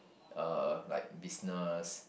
uh like business